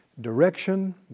direction